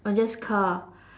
or just car